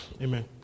Amen